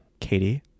Katie